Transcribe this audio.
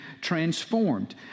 transformed